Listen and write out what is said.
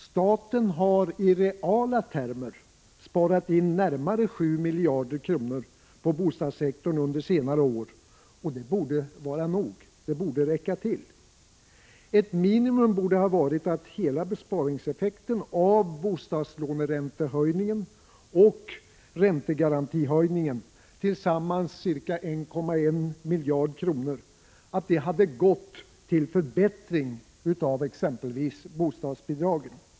Staten har under senare år i reala termer sparat in närmare 7 miljarder kronor på bostadssektorn, och det borde räcka. Ett minimum borde ha varit att hela besparingseffekten av bostadslåneräntehöjningen och räntegarantihöjningen, tillsammans ca 1,1 miljarder kronor, hade gått till förbättring av exempelvis bostadsbidragen.